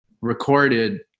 recorded